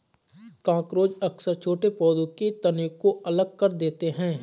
cockroach अक्सर छोटे पौधों के तनों को अलग कर देते हैं